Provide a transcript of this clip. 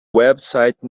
website